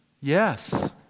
Yes